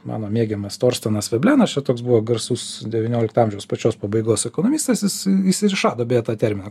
mano mėgiamas torstenas veblenas čia toks buvo garsus devyniolikto amžiaus pačios pabaigos ekonomistas jis jis ir išrado beje tą terminą